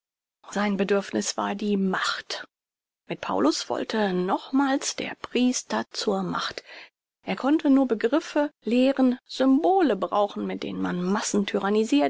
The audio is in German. sein bedürfniß war die macht mit paulus wollte nochmals der priester zur macht er konnte nur begriffe lehren symbole brauchen mit denen man